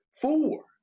Four